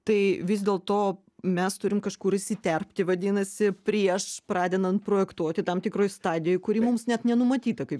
tai vis dėlto mes turim kažkur įsiterpti vadinasi prieš pradedant projektuoti tam tikroj stadijoj kuri mums net nenumatyta kaip